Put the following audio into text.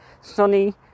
sunny